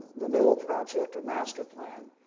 renewal project or master plan.